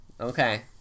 Okay